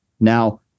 Now